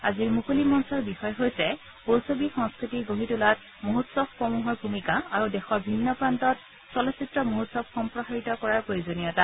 আজিৰ মুকলি মঞ্চৰ বিষয় হৈছে বোলছবি সংস্কৃতি গঢ়ি তোলাত মহোৎসৱসমূহৰ ভূমিকা আৰু দেশৰ ভিন্ন প্ৰান্তত চলচ্চিত্ৰ মহোৎসৱ সম্প্ৰসাৰিত কৰাৰ প্ৰয়োজনীয়তা